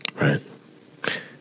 Right